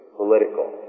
political